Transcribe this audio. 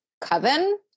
Coven